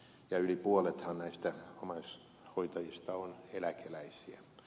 yli puolet omaishoitajistahan on eläkeläisiä